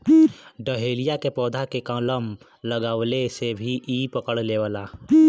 dahlia के पौधा के कलम लगवले से भी इ पकड़ लेवला